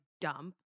dump